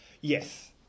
Yes